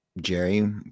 Jerry